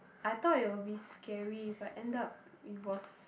I thought it will be scary but end up it was